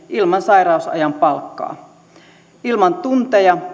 ilman sairausajan palkkaa tullessaan kipeäksi ilman tunteja